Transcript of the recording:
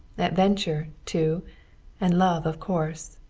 adventure, too and love, of course.